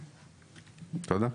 תודה.